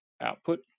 output